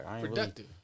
Productive